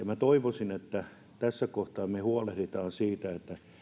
minä toivoisin että tässä kohtaa me huolehdimme siitä että